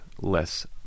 less